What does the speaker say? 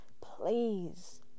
please